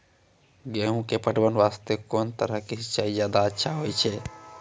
गेहूँ के पटवन वास्ते कोंन तरह के सिंचाई ज्यादा अच्छा होय छै?